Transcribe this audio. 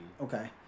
Okay